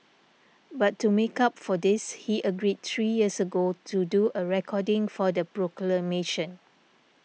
but to make up for this he agreed three years ago to do a recording for the proclamation